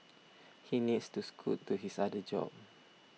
he needs to scoot to his other job